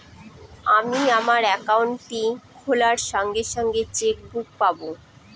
আমি আমার একাউন্টটি খোলার সঙ্গে সঙ্গে চেক বুক পাবো?